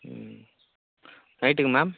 ம் நைட்டுக்கு மேம்